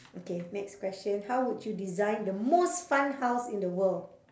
okay next question how would you design the most fun house in the world